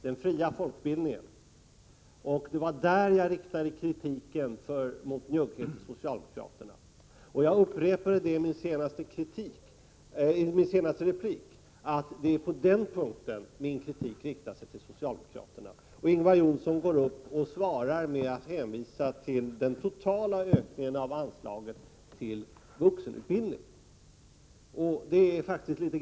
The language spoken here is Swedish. Det var i det avseendet som jag riktade kritik mot socialdemokraterna för deras njugghet. Jag upprepade i min senaste replik att det är på den punkten som jag riktar kritik mot socialdemokraterna. Men Ingvar Johnsson svarar med att hänvisa till den totala ökningen av anslaget till vuxenutbildningen. Det är faktiskt något av goddag-yxskaft. Jag har Prot.